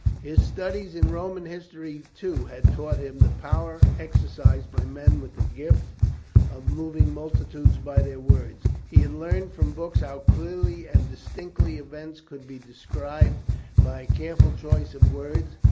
his studies in roman history, too, had taught him the power exercised by men with the gift of moving multitudes by their words he had learned from books how clearly and distinctly events could be described by a careful choice of words,